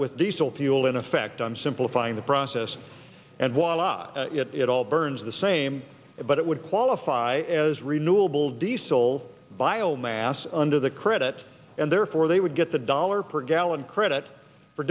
with diesel fuel in effect i'm simplifying the process and voila it all burns the same but it would qualify as renewable diesel bio mass under the credit and therefore they would get the dollar per gallon credit for